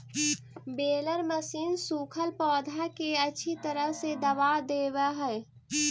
baler machine सूखल पौधा के अच्छी तरह से दबा देवऽ हई